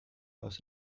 aus